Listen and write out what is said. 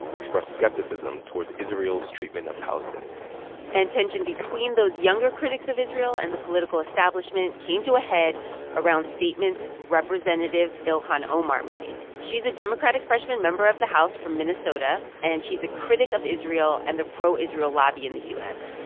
express skepticism towards israel's treatment of palestinians and tension between those younger critics of israel and the political establishment came to a head around statements representative ilhan omar made clear. she's a democratic freshman member of the house from minnesota, and she's a critic of israel and the pro-israel lobby in the u s.